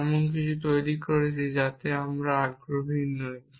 যা এমন কিছু তৈরি করছে যাতে আমরা আগ্রহী নয়